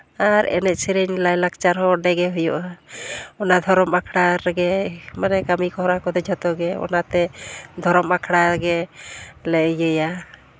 ᱟᱨ ᱮᱱᱮᱡ ᱥᱮᱨᱮᱧ ᱞᱟᱭᱼᱞᱟᱠᱪᱟᱨ ᱦᱚᱸ ᱚᱸᱰᱮᱜᱮ ᱦᱩᱭᱩᱜᱼᱟ ᱚᱱᱟ ᱫᱷᱚᱨᱚᱢ ᱟᱠᱷᱲᱟ ᱨᱮᱜᱮ ᱢᱟᱱᱮ ᱠᱟᱹᱢᱤᱦᱚᱨᱟ ᱠᱚᱫᱚ ᱡᱚᱛᱚᱜᱮ ᱚᱱᱟᱛᱮ ᱫᱷᱚᱨᱚᱢ ᱟᱠᱷᱲᱟᱜᱮᱞᱮ ᱤᱭᱟᱹᱭᱟ